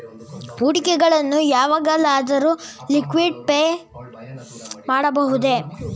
ಹೂಡಿಕೆಗಳನ್ನು ಯಾವಾಗಲಾದರೂ ಲಿಕ್ವಿಡಿಫೈ ಮಾಡಬಹುದೇ?